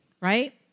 right